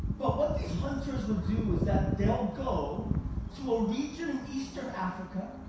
but what these hunters would do is that they'll go to a region in eastern africa,